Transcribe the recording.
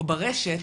או ברשת,